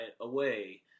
away